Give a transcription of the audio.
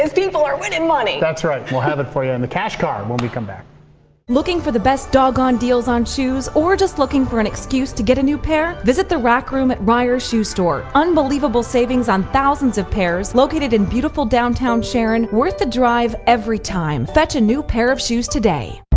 people are winning money. that's right. we'll have it for you on the cash card when we come back looking for the best doggone deals on shoes or just looking for an excuse to get a new pair visit the rack room at buyer's shoe store unbelievable savings on thousands of pairs located in beautiful downtown sharon worth the drive every time fetch a new pair of shoes today.